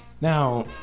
Now